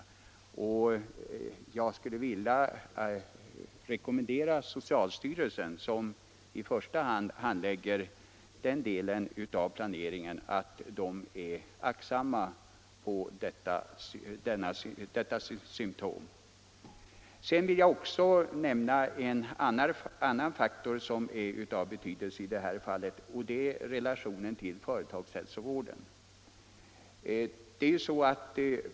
Jag skulle därför vilja föreslå att socialstyrelsen, som handlägger den delen av planeringen, är observant på detta symtom. Jag vill också nämna en annan faktor som är av betydelse i detta fall, nämligen relationen till företagshälsovården.